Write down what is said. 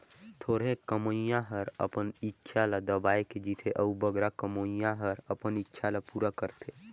थोरहें कमोइया हर अपन इक्छा ल दबाए के जीथे अउ बगरा कमोइया हर अपन इक्छा ल पूरा करथे